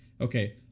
okay